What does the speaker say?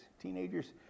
teenagers